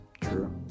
True